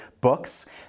books